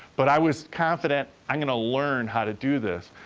but i was confident, i'm gonna learn how to do this.